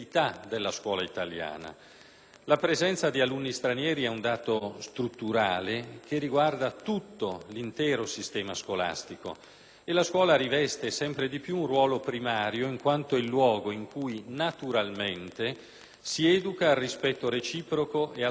La presenza di alunni stranieri è un dato strutturale riguardante l'intero sistema scolastico e la scuola riveste sempre di più un ruolo primario in quanto luogo dove, naturalmente, si educa al rispetto reciproco e alla convivenza democratica.